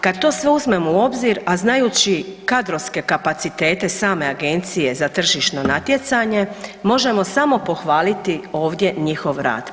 Kad to sve uzmemo u obzir, a znajući kadrovske kapacitete Agencije za tržišno natjecanje, možemo samo pohvaliti ovdje njihov rad.